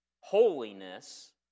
holiness